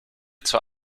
zur